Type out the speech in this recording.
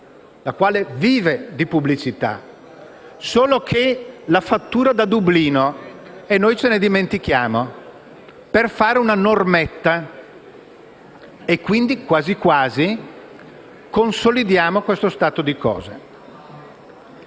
la quale vive di pubblicità. Solo che la fattura da Dublino, e noi ce ne dimentichiamo; e ciò per fare una normetta. Quindi, quasi quasi, consolidiamo questo stato di cose.